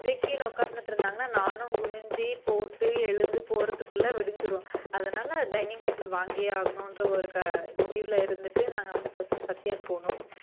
இதே கீழே உட்காந்துட்டுருந்தாங்கன்னா நானும் குனிஞ்சு போட்டு எழுந்து போறத்துக்குள்ளே விடிஞ்சிடும் அதனால் டைனிங் டேபிள் வாங்கியே ஆகணும்ன்ற ஒரு முடிவில இருந்துகிட்டு நாங்கள் வந்து ஃபர்ஸ்ட்டு சத்யாவுக்கு போனோம்